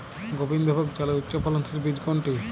গোবিন্দভোগ চালের উচ্চফলনশীল বীজ কোনটি?